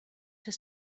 his